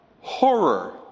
Horror